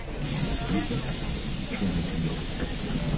we wanted to leaflet israeli soldiers in the occupied territories,